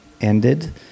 ended